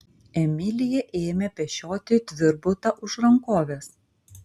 emilija ėmė pešioti tvirbutą už rankovės